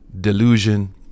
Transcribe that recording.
delusion